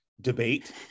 debate